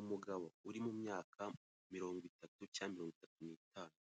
Umugabo uri mu myaka mirongo itatu cyangwa mirongo itata n'itanu,